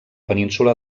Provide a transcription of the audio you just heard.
península